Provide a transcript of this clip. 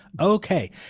Okay